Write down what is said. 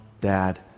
dad